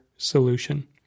solution